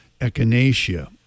Echinacea